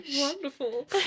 Wonderful